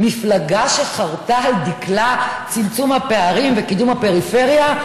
מפלגה שחרתה על דגלה את צמצום הפערים וקידום הפריפריה?